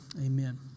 Amen